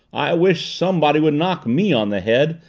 i wish somebody would knock me on the head!